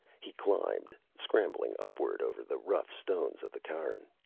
he climbed, scrambling upward over the rough stones of the cairn.